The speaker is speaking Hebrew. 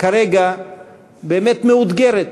כרגע באמת מאותגרת.